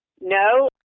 No